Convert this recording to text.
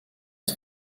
els